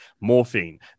morphine